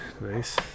Nice